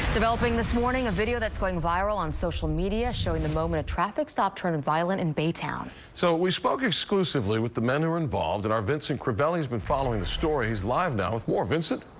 developing this morning. a video that's going viral on social media showing the moment, a traffic stop turned violent in baytown so we spoke exclusively with the men are involved in our vincent crivelli has been following the story is live now with more vincent.